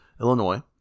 Illinois